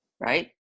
right